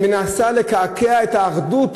ומנסה לקעקע את האחדות,